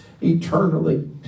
eternally